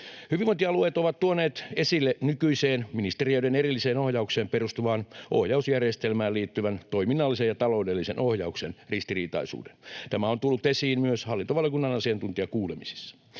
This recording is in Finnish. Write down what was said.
Hyvinvointialueet ovat tuoneet esille nykyiseen ministeriöiden erilliseen ohjaukseen perustuvaan ohjausjärjestelmään liittyvän toiminnallisen ja taloudellisen ohjauksen ristiriitaisuuden. Tämä on tullut esiin myös hallintovaliokunnan asiantuntijakuulemisissa.